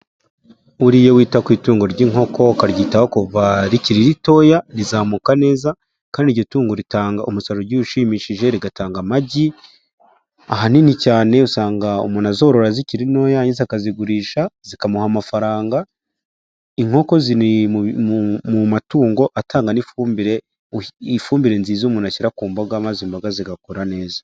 Buriya iyo wita ku i tungo ry'inkoko ukaryitaho kuva rikiri ritoya, rizamuka neza kandi iryo tungu ritanga umusaruro ugiye ushimishije rigatanga amagi, ahanini cyane usanga umuntu azorora zikiri ntoya akazizigurisha zikamuha amafaranga. Inkoko ziri mu matungo atanga n'ifumbire; ifumbire nziza umuntu ashyira ku mboga maze imboga zigakura neza.